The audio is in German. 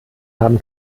haben